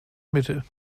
mittel